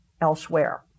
elsewhere